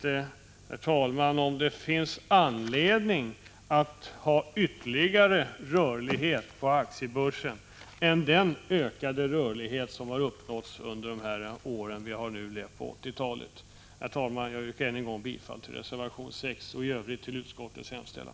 Jag vet inte om det finns anledning att ha ytterligare rörlighet på aktiebörsen än den ökade rörlighet som har uppnåtts under den senare delen av 1980-talet. Herr talman! Jag yrkar än en gång bifall till reservation 6 och i övrigt till utskottets hemställan.